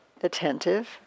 attentive